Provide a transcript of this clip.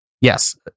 Yes